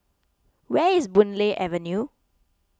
where is Boon Lay Avenue